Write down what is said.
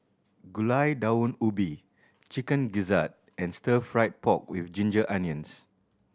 Gulai Daun Ubi Chicken Gizzard and Stir Fried Pork With Ginger Onions